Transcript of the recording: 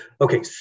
okay